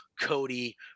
Cody